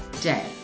day